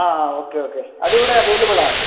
ആ okay okay അതിവിടെ available ആണ്